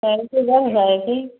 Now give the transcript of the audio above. salary बढ़ जाएगी